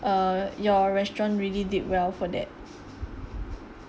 err your restaurant really did well for that